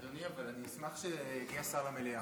אבל אדוני, אני אשמח שיגיע שר למליאה.